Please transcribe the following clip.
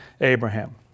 Abraham